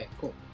cool